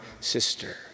sister